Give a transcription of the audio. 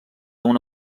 una